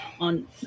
on